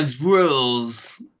rules